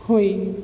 हुई